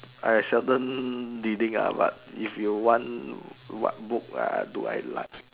I seldom reading ah but if you want what book ah do I like